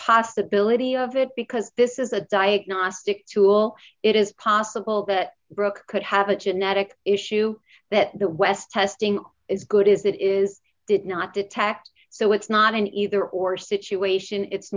possibility of it because this is a diagnostic tool it is possible that brooke could have a genetic issue that the west testing is good is that is did not detect so it's not an either or situation it's